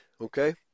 Okay